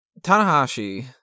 Tanahashi